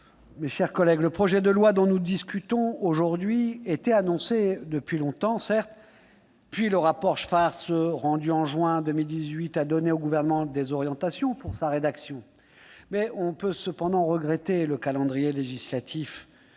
mes chers collègues, le projet de loi dont nous discutons aujourd'hui était annoncé depuis longtemps. Le rapport Schwartz, rendu en juin 2018, avait donné au Gouvernement des orientations pour sa rédaction. On peut cependant regretter le calendrier législatif,